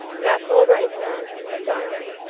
that's all right then, said diamond,